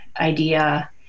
idea